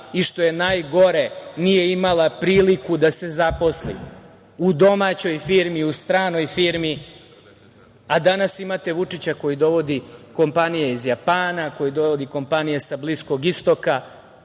i što je najgore, nije imala priliku da se zaposli u domaćoj firmi u stranoj firmi. Danas imate Vučića koji dovodi kompanije iz Japana, koji dovodi kompanije sa Bliskog istoka